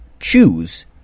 choose